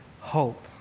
hope